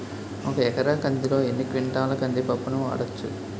ఒక ఎకర కందిలో ఎన్ని క్వింటాల కంది పప్పును వాడచ్చు?